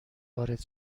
وارد